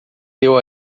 deu